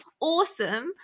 awesome